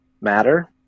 matter